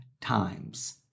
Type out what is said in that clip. times